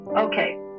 okay